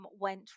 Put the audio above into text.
went